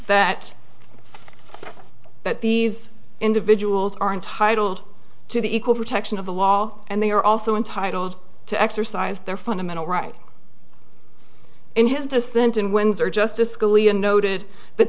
that that these individuals are entitled to the equal protection of the wall and they are also entitled to exercise their fundamental right in his dissent in windsor justice scalia noted but